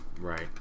Right